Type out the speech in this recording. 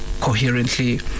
coherently